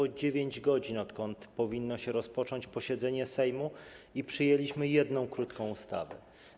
Minęło 9 godzin, odkąd powinno się rozpocząć posiedzenie Sejmu, i przyjęliśmy jedną krótką ustawę.